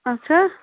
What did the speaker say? اَچھا